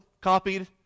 copied